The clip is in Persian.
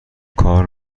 کار